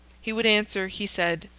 he would answer, he said,